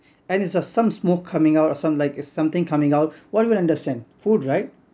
and it's uh some smoke coming out or some like is something coming out what do we understand food right